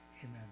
amen